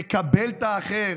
לקבל את האחר?